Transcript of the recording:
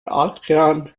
adrian